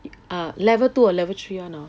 ah level two or level three [one] ah